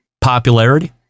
popularity